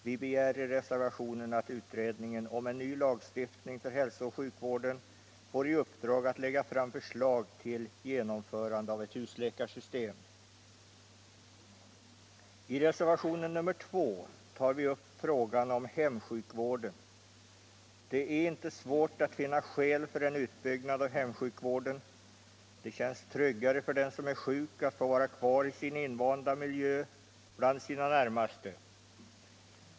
Vi begär där att utredningen om en ny lagstiftning för hälsooch sjukvården får i uppdrag att lägga fram förslag till genomförande av ett husläkarsystem. I reservationen 2 tar vi upp frågan om hemsjukvården. Det är inte svårt att finna skäl för en utbyggnad av hemsjukvården. Det känns tryggare för den som är sjuk att få vara kvar i sin invanda miljö och bland sina närmaste.